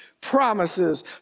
promises